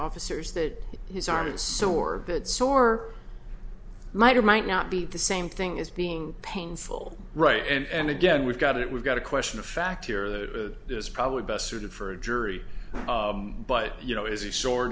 officers that his arm is sore that sore might or might not be the same thing as being painful right and again we've got it we've got a question of fact here that is probably best suited for a jury but you know is he sure